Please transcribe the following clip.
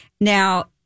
Now